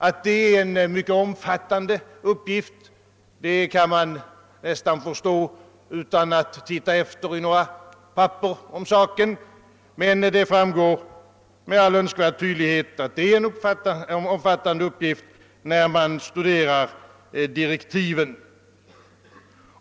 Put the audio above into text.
Att det är en mycket omfattande uppgift, kan man nästan förstå utan att se efter i några papper, men det framgår med all önskvärd tydlighet när man studerar direktiven.